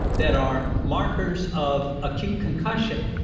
that are markers of acute concussion.